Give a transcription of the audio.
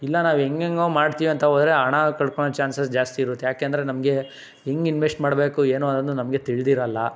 ಇಲ್ಲ ನಾವು ಹೆಂಗೆಂಗೊ ಮಾಡ್ತೀವಿ ಅಂತ ಹೋದ್ರೆ ಹಣ ಕಳ್ಕೊಳೋ ಚಾನ್ಸಸ್ ಜಾಸ್ತಿ ಇರುತ್ತೆ ಯಾಕೆ ಅಂದರೆ ನಮಗೆ ಹೆಂಗ್ ಇನ್ವೆಶ್ಟ್ ಮಾಡಬೇಕು ಏನು ಅನ್ನೋದು ನಮಗೆ ತಿಳಿದಿರಲ್ಲ